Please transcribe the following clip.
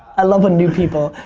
i love when new people.